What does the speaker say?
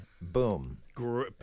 boom